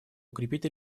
укрепить